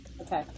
Okay